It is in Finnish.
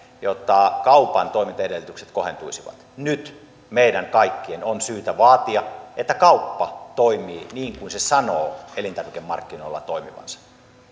jotta kaupan toimintaedellytykset kohentuisivat nyt meidän kaikkien on syytä vaatia että kauppa toimii niin kuin se sanoo elintarvikemarkkinoilla toimivansa